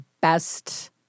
best –